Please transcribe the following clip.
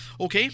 Okay